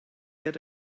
yet